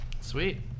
Sweet